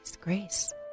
Grace